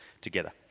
together